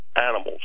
animals